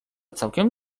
całkiem